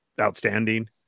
outstanding